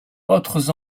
autres